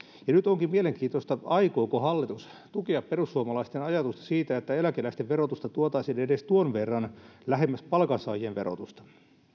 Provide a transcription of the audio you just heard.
ja nyt onkin mielenkiintoista aikooko hallitus tukea perussuomalaisten ajatusta siitä että eläkeläisten verotusta tuotaisiin edes tuon verran lähemmäs palkansaajien verotusta